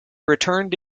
returned